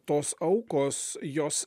tos aukos jos